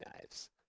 knives